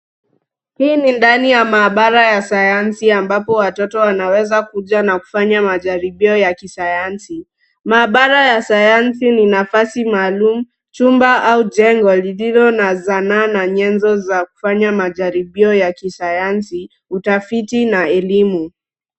Hii ni ndani ya maabara ya sayansi ambapo watoto wanaweza kuja na kufanya majaribio ya kisayansi. Maabara ya sayansi ni nafasi maalum, chumba au jengo lililo na zanaa au nyenzo za kufanya majaribio ya kisayansi, utafiti na elimu.